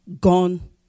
gone